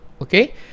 Okay